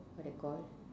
what they call